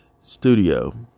studio